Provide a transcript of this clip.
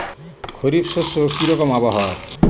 খরিফ শস্যে কি রকম আবহাওয়ার?